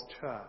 church